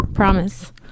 Promise